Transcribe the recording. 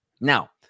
now